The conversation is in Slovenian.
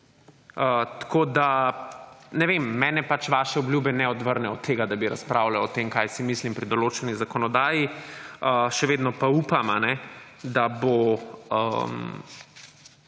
očitno. Ne vem, mene pač vaše obljube ne odvrnejo od tega, da bi razpravljal o tem kaj si mislim pri določeni zakonodaji. Še vedno pa upam, da bo